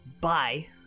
Bye